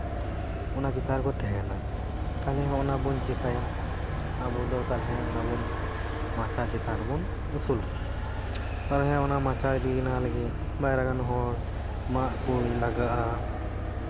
ᱚᱱᱟ ᱪᱮᱛᱟᱱ ᱨᱮᱠᱚ ᱛᱟᱦᱮᱱᱟ ᱛᱟᱞᱚᱦᱮ ᱦᱚᱜᱼᱚᱭ ᱱᱟ ᱵᱚᱱ ᱪᱮᱠᱟᱭᱟ ᱟᱵᱚ ᱛᱟᱞᱚᱦᱮ ᱚᱱᱟ ᱵᱚᱱ ᱢᱟᱪᱟ ᱪᱮᱛᱟᱱ ᱨᱮᱵᱚᱱ ᱩᱥᱩᱞ ᱠᱚᱣᱟ ᱛᱟᱯᱚᱨᱮ ᱚᱱᱟ ᱢᱟᱪᱟ ᱵᱮᱱᱟᱣ ᱞᱟᱹᱜᱤᱫ ᱵᱟᱨᱭᱟ ᱜᱟᱱ ᱦᱚᱲ ᱢᱟᱫ ᱠᱚ ᱞᱟᱜᱟᱜᱼᱟ